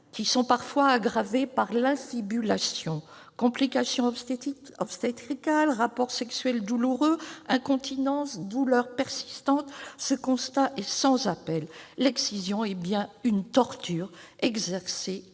qui sont parfois aggravées par l'infibulation : complications obstétricales, rapports sexuels douloureux, incontinence, douleurs persistantes. Le constat est sans appel : l'excision est bien une torture exercée à l'encontre